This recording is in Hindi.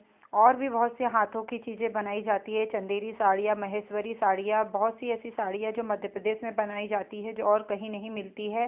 और भी बहुत से हाथों की चीज़ें बनाई जाती है चंदेरी साड़ियाँ महेश्वरी साड़ियाँ बहुत सी ऐसी साड़ियाँ जो मध्यप्रदेश में बनाई जाती हैं जो और कहीं नहीं मिलती हैं